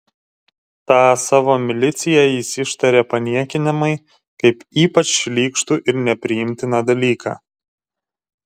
tą savo miliciją jis ištaria paniekinamai kaip ypač šlykštų ir nepriimtiną dalyką